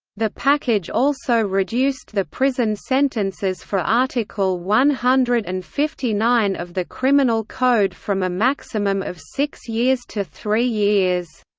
the package also reduced the prison sentences for article one hundred and fifty nine of the criminal code from a maximum of six years to three years.